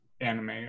anime